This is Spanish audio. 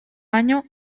año